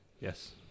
Yes